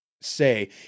say